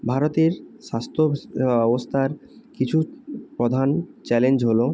ভারতের স্বাস্থ্য অবস্থার কিছু প্রধান চ্যালেঞ্জ হলো